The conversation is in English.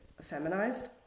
feminized